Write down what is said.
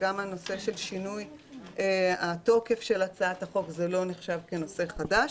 גם שינוי התוקף של הצעת החוק לא נחשב כנושא חדש.